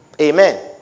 Amen